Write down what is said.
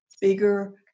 bigger